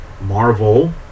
marvel